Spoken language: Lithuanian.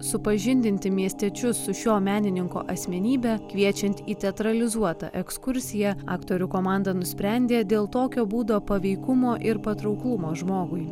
supažindinti miestiečius su šio menininko asmenybe kviečiant į teatralizuotą ekskursiją aktorių komanda nusprendė dėl tokio būdo paveikumo ir patrauklumo žmogui